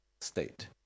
state